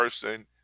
person